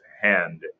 hand